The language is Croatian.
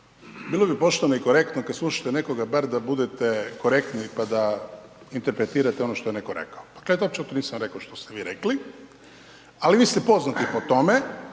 bilo bi pošteno i korektno kada slušate nekoga bar da budete korektni pa da interpretirate ono što je neko rekao. Dakle ja uopće to nisam rekao što ste vi rekli, ali vi ste poznati po tome.